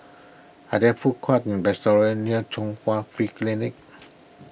are there food courts or restaurants near Chung Hwa Free Clinic